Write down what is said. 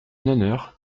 honneur